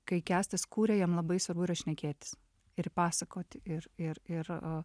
kai kęstas kūrė jam labai svarbu yra šnekėtis ir pasakoti ir ir ir a